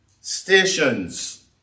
stations